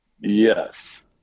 Yes